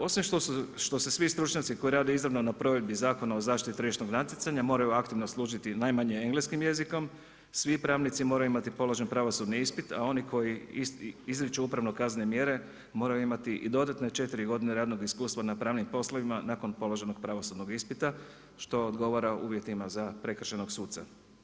Osim što se svi stručnjaci koji rade izravno na provedbi Zakona o zaštiti tržišnog natjecanja moraju aktivno služiti najmanje engleskim jezikom, svi pravnici moraju imati položen pravosudni ispit a oni koji izriču upravno kaznene mjere moraju imati i dodatne 4 godine radnog iskustva na pravnim poslovima nakon položenog pravosudnog ispita, što odgovara uvjetima za prekršajnog suca.